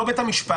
לא בית המשפט.